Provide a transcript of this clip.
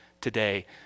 today